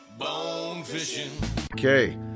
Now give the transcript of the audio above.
Okay